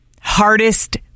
hardest